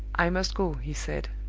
i must go, he said,